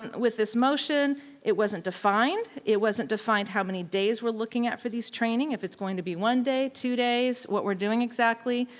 and with this motion it wasn't defined, it wasn't defined how many days we're looking at for training, if it's going to be one day, two days, what we're doing exactly.